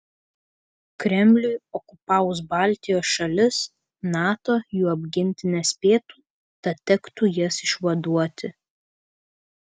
kremliui okupavus baltijos šalis nato jų apginti nespėtų tad tektų jas išvaduoti